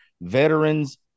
veterans